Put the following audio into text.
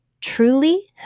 truly